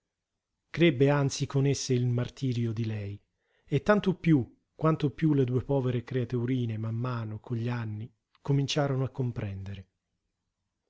crebbe anzi con esse il martirio di lei e tanto piú quanto piú le due povere creaturine man mano con gli anni cominciarono a comprendere